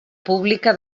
pública